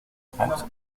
trente